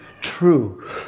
true